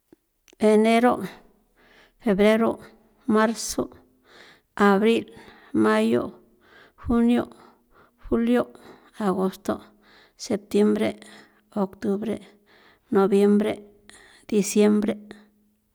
Enero', febrero', marzo', abril, mayo junio', julio' agosto', septiembre', octubre', noviembre' diciembre.